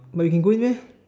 but you can go in meh